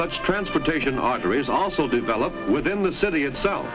such transportation arteries also develop within the city itself